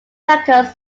records